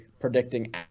predicting